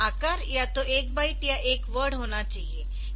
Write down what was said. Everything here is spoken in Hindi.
आकार या तो एक बाइट या एक वर्ड होना चाहिए